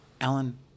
Alan